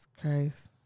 Christ